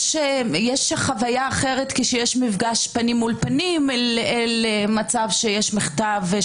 יש חוויה אחרת כשיש מפגש פנים אל פנים ממצב של מכתב.